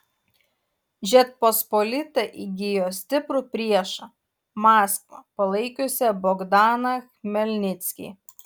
žečpospolita įgijo stiprų priešą maskvą palaikiusią bogdaną chmelnickį